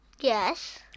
Yes